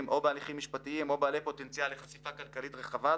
בהליכים משפטיים או בעלי פוטנציאל לחשיפה כלכלית רחבה,